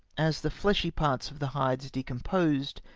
as the fleshy parts of the hides decomposed,